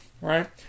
right